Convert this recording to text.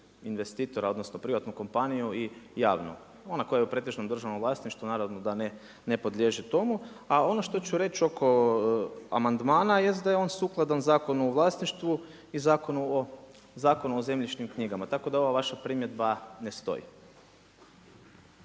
investitora odnosno privatnu kompaniju i javnu, ona koje je u pretežno državnom vlasništvu naravno da ne podliježe tomu. A ono što ću reći oko amandmana jest da je on sukladan Zakonu o vlasništvu i Zakonu o zemljišnim knjigama, tako da ova vaša primjedba ne stoji.